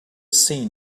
seen